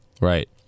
Right